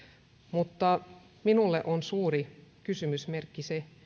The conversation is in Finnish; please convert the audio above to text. mutta minulle on suuri kysymysmerkki se